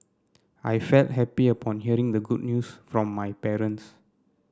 I felt happy upon hearing the good news from my parents